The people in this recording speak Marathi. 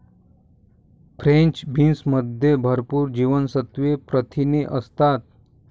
फ्रेंच बीन्समध्ये भरपूर जीवनसत्त्वे, प्रथिने असतात